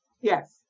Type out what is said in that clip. Yes